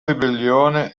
ribellione